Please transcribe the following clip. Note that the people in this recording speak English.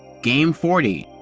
game forty,